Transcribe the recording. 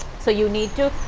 so you need to,